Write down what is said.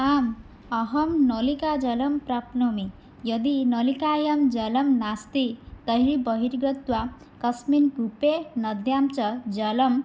आम् अहं नलिकाजलं प्राप्नोमि यदि नलिकायां जलं नास्ति तर्हि बहिर्गत्वा कस्मिन् कूपे नद्यां च जलं